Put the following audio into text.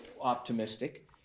optimistic